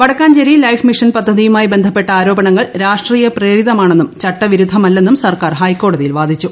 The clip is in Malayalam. വടക്കാഞ്ചേരി ലൈഫ് മിഷൻ പദ്ധതിയുമായി ബന്ധപ്പെട്ട ആരോപണങ്ങൾ രാഷ്ട്രീയ പ്രേരിതമാണെന്നും ചട്ടവിരുദ്ധമല്ലെന്നും സർക്കാർ ഹൈക്കോടതിയിൽ വാദിച്ചു